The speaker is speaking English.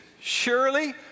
Surely